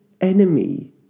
enemy